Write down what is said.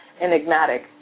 enigmatic